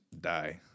die